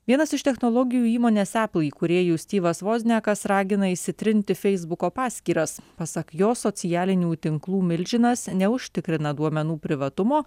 vienas iš technologijų įmonės apple įkūrėjų styvas vozniakas ragina išsitrinti feisbuko paskyras pasak jo socialinių tinklų milžinas neužtikrina duomenų privatumo